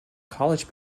college